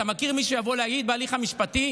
אתה מכיר מישהו שיבוא להעיד בהליך המשפטי?